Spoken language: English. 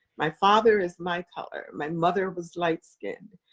my father is my color. my mother was light skinned.